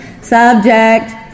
subject